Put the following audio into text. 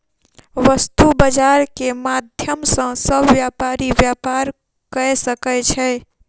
वस्तु बजार के माध्यम सॅ सभ व्यापारी व्यापार कय सकै छै